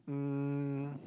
um